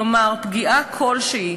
כלומר פגיעה כלשהי,